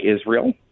Israel